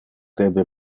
debe